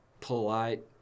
polite